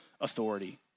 authority